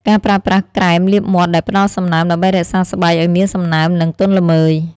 ការប្រើប្រាស់ក្រែមលាបមាត់ដែលផ្តល់សំណើមដើម្បីរក្សាស្បែកឱ្យមានសំណើម និងទន់ល្មើយ ។